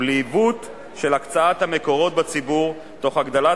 ולעיוות של הקצאת המקורות בציבור תוך הגדלת